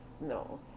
No